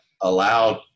allowed